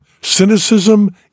Cynicism